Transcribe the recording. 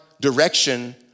direction